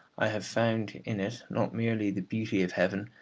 i have found in it not merely the beauty of heaven,